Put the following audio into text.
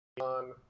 on